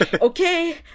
okay